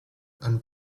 and